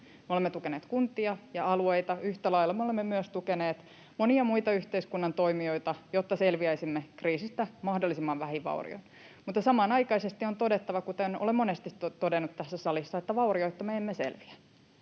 Me olemme tukeneet kuntia ja alueita yhtä lailla. Me olemme myös tukeneet monia muita yhteiskunnan toimijoita, jotta selviäisimme kriisistä mahdollisimman vähin vaurioin, mutta samanaikaisesti on todettava, kuten olen monesti todennut tässä salissa, että vaurioitta me emme selviä.